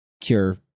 cure